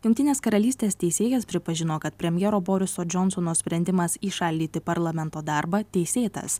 jungtinės karalystės teisėjas pripažino kad premjero boriso džonsono sprendimas įšaldyti parlamento darbą teisėtas